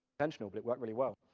and you know but it worked really well.